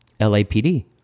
LAPD